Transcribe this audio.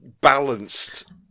balanced